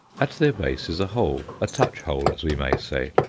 at their base is a hole a touch-hole, as we may say,